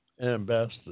ambassador